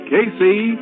Casey